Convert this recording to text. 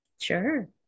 Sure